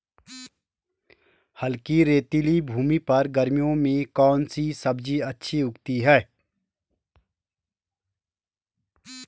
हल्की रेतीली भूमि पर गर्मियों में कौन सी सब्जी अच्छी उगती है?